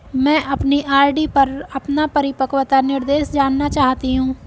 मैं अपनी आर.डी पर अपना परिपक्वता निर्देश जानना चाहती हूँ